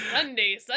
Sunday